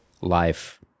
life